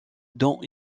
dont